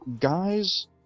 Guys